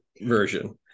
version